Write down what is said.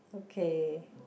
okay